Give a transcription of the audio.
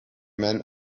man